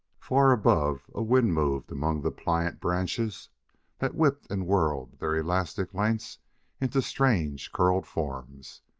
far above a wind moved among the pliant branches that whipped and whirled their elastic lengths into strange, curled forms.